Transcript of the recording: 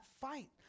fight